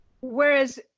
Whereas